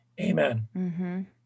Amen